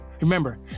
Remember